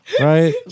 Right